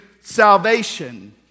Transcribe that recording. salvation